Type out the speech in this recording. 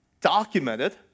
documented